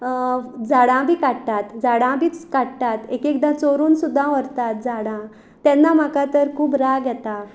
झाडां बी काडटात झाडां बीच काडटात एक एकदां चोरून सुद्दां व्हरतात झाडां तेन्ना म्हाका तर खूब राग येता